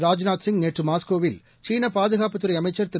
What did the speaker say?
ராஜ்நாத் சிங் நேற்று மாஸ்கோவில் சீன பாதுகாப்புத்துறை அமைச்சர் திரு